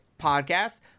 podcast